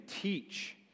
teach